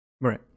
right